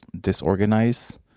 disorganized